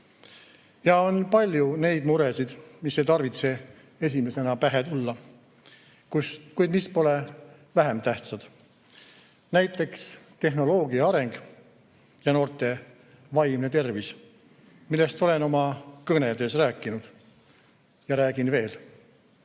Ja on palju neid muresid, mis ei tarvitse esimesena pähe tulla, kuid mis pole vähem tähtsad – näiteks tehnoloogia areng ja noorte vaimne tervis, millest olen oma kõnedes rääkinud ja räägin